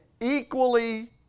equally